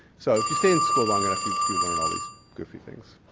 so, if you stay in school long enough you you learn all these goofy things.